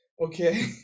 okay